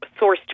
sourced